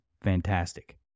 fantastic